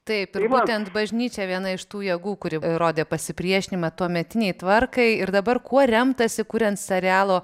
taip ir būtent bažnyčia viena iš tų jėgų kuri rodė pasipriešinimą tuometinei tvarkai ir dabar kuo remtasi kuriant serialo